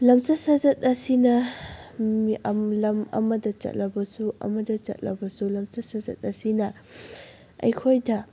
ꯂꯝꯆꯠ ꯁꯥꯖꯠ ꯑꯁꯤꯅ ꯂꯝ ꯑꯃꯗ ꯆꯠꯂꯕꯁꯨ ꯑꯃꯗ ꯆꯠꯂꯕꯁꯨ ꯂꯝꯆꯠ ꯁꯥꯖꯠ ꯑꯁꯤꯅ ꯑꯩꯈꯣꯏꯗ